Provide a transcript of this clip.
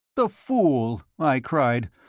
the fool! i cried.